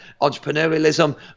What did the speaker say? entrepreneurialism